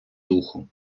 духу